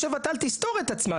למה שוות"ל תסתור את עצמה?